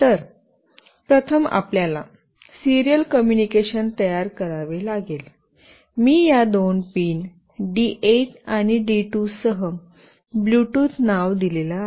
तर प्रथम आपल्याला सिरियल कॉम्यूनिकेशन तयार करावे लागेल मी या दोन पिन D8 आणि D2 सह "ब्लूटूथ " नाव दिलेलं आहे